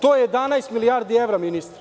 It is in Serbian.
To je 11 milijardi evra, ministre.